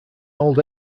old